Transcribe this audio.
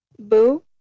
Boo